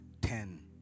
ten